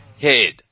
head